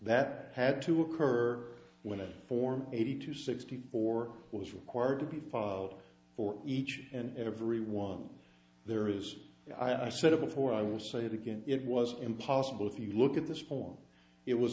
that had to occur when a form eighty two sixty four was required to be filed for each and every one there is i said it before i will say it again it was impossible if you look at this poll it was